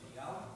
אליהו?